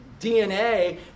DNA